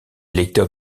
lecteurs